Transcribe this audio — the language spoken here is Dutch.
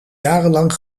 jarenlang